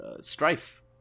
strife